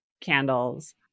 candles